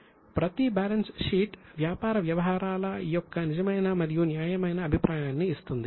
ప్రతి balance sheet వ్యాపార వ్యవహారాల యొక్క నిజమైన మరియు న్యాయమైన అభిప్రాయాన్ని ఇస్తుంది